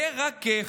לרכך.